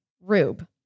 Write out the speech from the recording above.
Rube